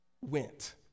went